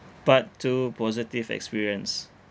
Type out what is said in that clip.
part two positive experience